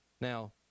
Now